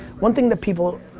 one thing that people